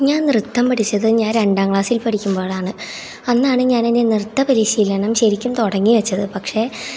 ഞാൻ നൃത്തം പഠിച്ചത് ഞാൻ രണ്ടാം ക്ലാസിൽ പഠിക്കുമ്പോഴാണ് അന്നാണ് ഞാൻ എൻ്റെ നൃത്ത പരിശീലനം ശരിക്കും തുടങ്ങി വെച്ചത് പക്ഷേ